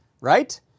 right